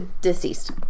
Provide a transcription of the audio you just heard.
deceased